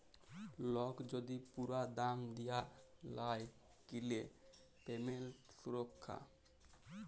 lock যদি পুরা দাম দিয়া লায় কিলে পেমেন্ট সুরক্ষা